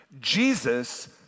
Jesus